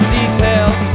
details